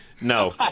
No